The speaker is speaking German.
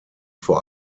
vor